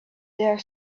their